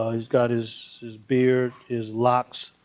he's got his his beard, his locks.